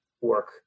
work